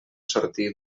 sortir